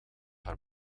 haar